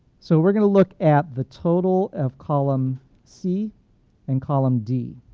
so we're going to look at the total of column c and column d,